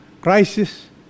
crisis